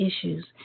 issues